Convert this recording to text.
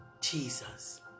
Jesus